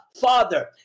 Father